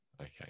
Okay